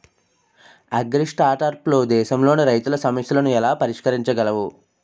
అగ్రిస్టార్టప్లు దేశంలోని రైతుల సమస్యలను ఎలా పరిష్కరించగలవు?